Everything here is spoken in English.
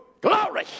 Glory